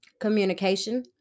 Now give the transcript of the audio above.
communication